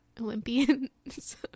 olympians